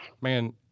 man